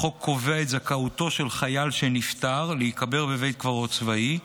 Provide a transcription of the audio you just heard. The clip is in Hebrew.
החוק קובע את זכאותו של חייל שנפטר להיקבר בבית קברות צבאי,